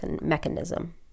mechanism